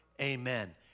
amen